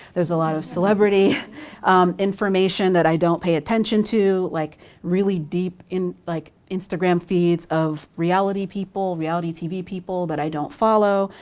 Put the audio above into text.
there's a lot of celebrity information that i don't pay attention to. like really deep like instagram feeds of reality people, reality tv people that i don't follow.